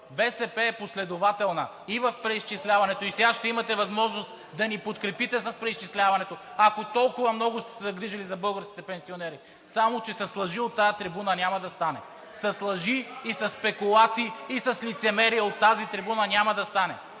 БСП е последователна и в преизчисляването и сега ще имате възможност да ни подкрепите с преизчисляването, ако толкова много сте се загрижили за българските пенсионери. Само че с лъжи от тази трибуна няма да стане. С лъжи и със спекулации и с лицемерие от тази трибуна няма да стане.